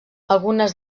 algunes